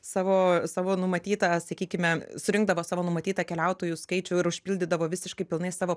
savo savo numatytą sakykime surinkdavo savo numatytą keliautojų skaičių ir užpildydavo visiškai pilnai savo